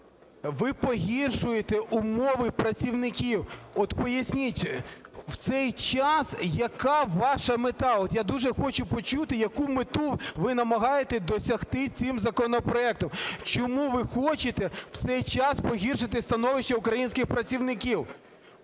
ви погіршуєте умови працівників. От поясність, в цей час яка ваша мета? От я дуже хочу почути, яку мету ви намагаєтесь досягти цим законопроектом, чому ви хочете в цей час погіршити становище українських працівників?